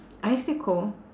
are you still cold